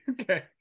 Okay